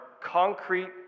concrete